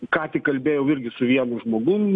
ką tik kalbėjau irgi su vienu žmogum